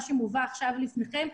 מה שמובא עכשיו לפניכם,